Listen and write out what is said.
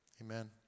Amen